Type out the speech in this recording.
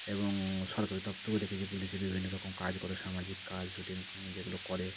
এবং সরকারি দপ্তরেও দেখেছি যে পুলিশে বিভিন্ন রকম কাজ করে সামাজিক কাজ শ্যুটিং যেগুলো করে